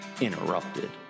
Interrupted